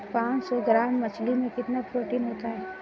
पांच सौ ग्राम मछली में कितना प्रोटीन होता है?